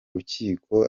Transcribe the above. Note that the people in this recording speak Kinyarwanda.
rukiko